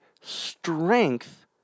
strength